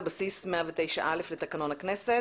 על בסיס סעיף 109(א) לתקנון הכנסת